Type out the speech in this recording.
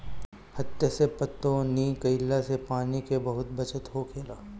हत्था से पटौनी कईला से पानी के बहुत बचत होखेला